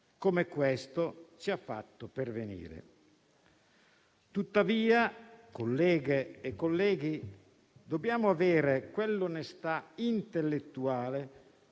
come questo, ci ha fatto pervenire. Tuttavia, onorevoli colleghe e colleghi, dobbiamo avere l'onestà intellettuale